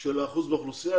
של האחוז באוכלוסייה.